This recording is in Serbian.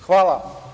Hvala.